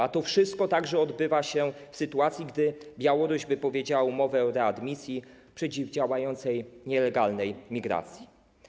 A to wszystko odbywa się także w sytuacji, gdy Białoruś wypowiedziała umowę o readmisji przeciwdziałającej nielegalnej migracji.